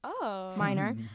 Minor